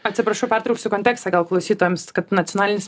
atsiprašau pertrauksiu kontekstą gal klausytojams kad nacionalinis